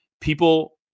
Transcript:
people